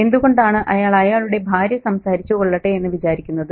എന്തുകൊണ്ടാണ് അയാൾ അയാളുടെ ഭാര്യ സംസാരിച്ചു കൊള്ളട്ടെ എന്ന് വിചാരിക്കുന്നത്